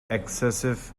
excessive